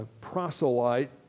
proselyte